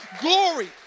glory